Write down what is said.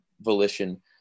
volition